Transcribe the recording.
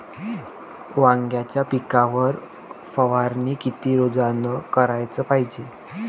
वांग्याच्या पिकावर फवारनी किती रोजानं कराच पायजे?